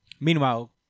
Meanwhile